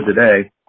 today